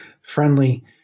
friendly